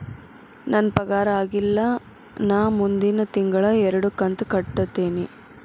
ನನ್ನ ಪಗಾರ ಆಗಿಲ್ಲ ನಾ ಮುಂದಿನ ತಿಂಗಳ ಎರಡು ಕಂತ್ ಕಟ್ಟತೇನಿ